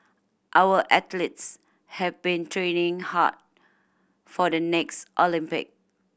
our athletes have been training hard for the next Olympic